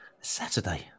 saturday